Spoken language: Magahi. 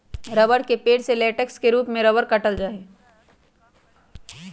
रबड़ के पेड़ से लेटेक्स के रूप में रबड़ काटल जा हई